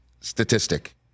statistic